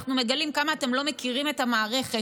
אנחנו מגלים כמה אתם לא מכירים את המערכת,